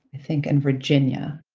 i think, and virginia.